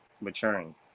maturing